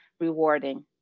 rewarding